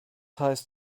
heißt